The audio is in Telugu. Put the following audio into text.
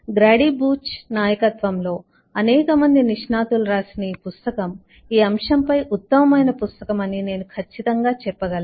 గ్రేడి బూచ్ నాయకత్వంలో అనేక మంది నిష్ణాతులు రాసిన ఈ పుస్తకం ఈ అంశంపై ఉత్తమమైన పుస్తకం అని నేను ఖచ్చితంగా చెప్పగలను